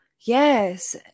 yes